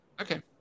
Okay